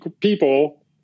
people